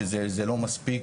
אני חושב שזה לא מספיק,